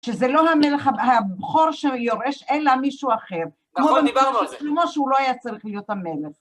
שזה לא המלך הבכור שיורש, אלא מישהו אחר, נכון דיברנו על זה, כמו שהוא לא היה צריך להיות המלך.